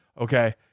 Okay